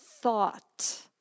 thought